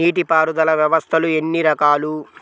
నీటిపారుదల వ్యవస్థలు ఎన్ని రకాలు?